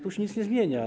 Tu się nic nie zmienia.